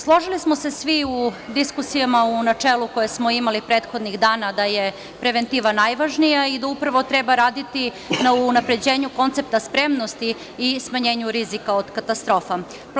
Složili smo se svi u diskusijama u načelu, koje smo imali prethodnih dana, da je preventiva najvažnija i da upravo treba raditi na unapređenju koncepta spremnosti i smanjenju rizika od katastrofa.